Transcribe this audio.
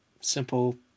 simple